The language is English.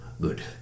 Good